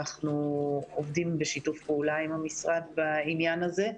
אנחנו עובדים בשיתוף פעולה עם המשרד בעניין הזה.